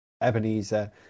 Ebenezer